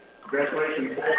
Congratulations